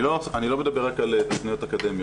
אני לא מדבר רק על תכניות אקדמיות.